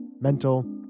mental